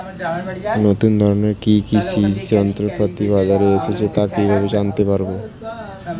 নতুন ধরনের কি কি কৃষি যন্ত্রপাতি বাজারে এসেছে তা কিভাবে জানতেপারব?